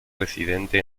residente